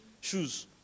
shoes